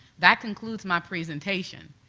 that concludes my presentation.